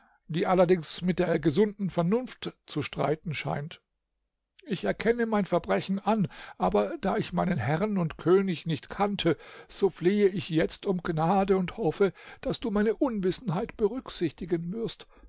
die allerdings mit der gesunden vernunft zu streiten scheint ich erkenne mein verbrechen an aber da ich meinen herrn und könig nicht kannte so flehe ich jetzt um gnade und hoffe daß du meine unwissenheit berücksichtigen wirst